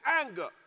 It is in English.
anger